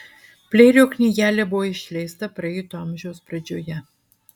pleirio knygelė buvo išleista praeito amžiaus pradžioje